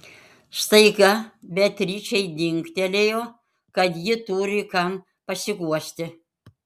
staiga beatričei dingtelėjo kad ji turi kam pasiguosti